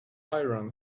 iron